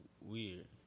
weird